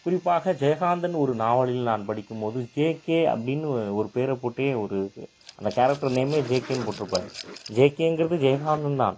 குறிப்பாக ஜெயகாந்தன் ஒரு நாவலில் நான் படிக்கும் போது ஜேகே அப்படினு ஒரு பேர போட்டே ஒரு அந்த கேரக்டர் நேமே ஜேகேனு போட்டுருப்பாரு ஜேகேங்கிறது ஜெயகாந்தன் தான்